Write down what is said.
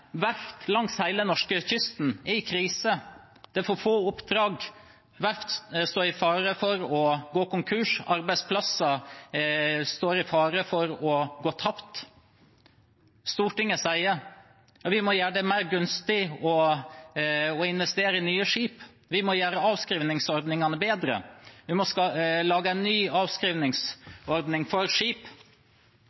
verft langs hele den norske kysten er i krise. Det er for få oppdrag, verft står i fare for å gå konkurs, arbeidsplasser står i fare for å gå tapt. Stortinget sier: Vi må gjøre det mer gunstig å investere i nye skip, vi må gjøre avskrivningsordningene bedre, vi må lage en ny